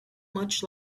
much